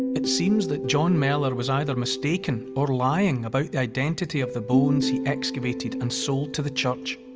it seems that john mellor was either mistaken or lying about the identity of the bones he excavated and sold to the church.